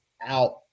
out